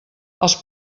els